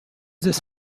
this